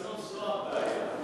אבל לא זאת הבעיה.